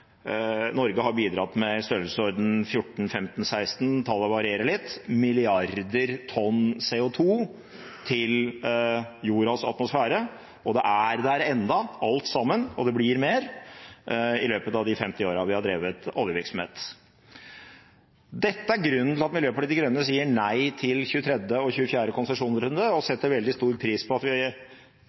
Norge har bidratt med i størrelsesorden 14, 15 eller 16, tallet varierer litt, milliarder tonn CO2 til jordas atmosfære – det er der ennå alt sammen, og det blir mer – i løpet av de 50 årene vi har drevet med oljevirksomhet. Dette er grunnen til at Miljøpartiet De Grønne sier nei til 23. og 24. konsesjonsrunde og setter veldig stor pris på at vi